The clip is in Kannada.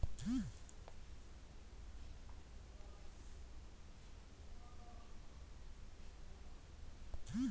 ಚೆಕ್ ಕ್ಲಿಯರೆನ್ಸ್ ಬಗ್ಗೆ ಗ್ರಾಹಕರಿಗೆ ಅರಿವು ಮೂಡಿಸಕ್ಕೆ ಬ್ಯಾಂಕ್ನವರು ನೋಟಿಸ್ ಬೋರ್ಡ್ ಮೇಲೆ ಹಾಕಿದ್ರು